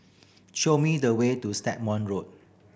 show me the way to Stagmont Road